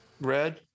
red